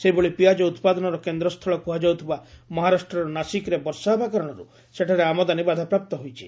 ସେହିଭଳି ପିଆଜ ଉପାଦନର କେନ୍ଦ୍ରସ୍ଥଳ କୁହାଯାଉଥିବା ମହାରାଷ୍ଟର ନାସିକ୍ରେ ବର୍ଷା ହେବା କାରଣରୁ ସେଠାରେ ଆମଦାନୀ ବାଧାପ୍ରାପ୍ତ ହୋଇଛି